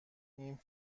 این